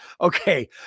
Okay